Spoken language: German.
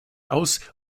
aus